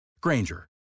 Granger